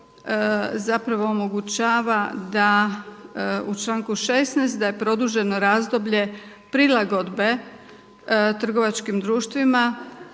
zapravo omogućava da u članku 16. da je produženo razdoblje prilagodbe trgovačkim društvima